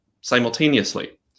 simultaneously